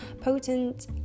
potent